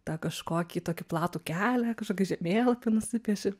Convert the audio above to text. tą kažkokį tokį platų kelią kažkokį žemėlapį nusipieši